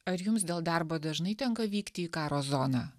ar jums dėl darbo dažnai tenka vykti į karo zoną